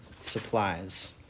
supplies